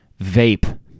vape